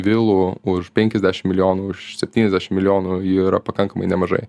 vilų už penkiasdešim milijonų už septyniasdešim milijonų jų yra pakankamai nemažai